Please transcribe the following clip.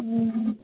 ம்